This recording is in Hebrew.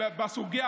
לכבוד השרה,